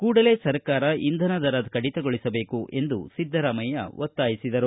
ಕೂಡಲೇ ಸರ್ಕಾರ ಇಂಧನ ದರ ಕಡಿತಗೊಳಿಸಬೇಕು ಎಂದು ಸಿದ್ದರಾಮಯ್ಯ ಒತ್ತಾಯಿಸಿದರು